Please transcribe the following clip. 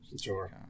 Sure